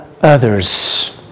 Others